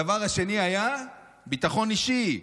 הדבר השני היה ביטחון אישי,